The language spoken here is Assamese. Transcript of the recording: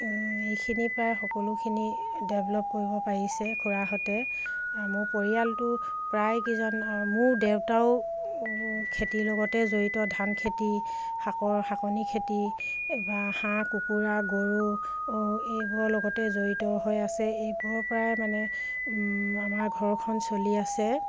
এইখিনি প্ৰায় সকলোখিনি ডেভলপ কৰিব পাৰিছে খুৰাহঁতে মোৰ পৰিয়ালটো প্ৰায় কেইজন মোৰ দেউতাও খেতিৰ লগতে জড়িত ধান খেতি শাকৰ শাকনি খেতি বা হাঁহ কুকুৰা গৰু এইবোৰৰ লগতে জড়িত হৈ আছে এইবোৰৰ পৰাই মানে আমাৰ ঘৰখন চলি আছে